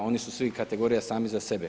Oni su svi kategorija sami za sebe.